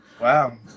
Wow